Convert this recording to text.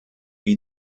die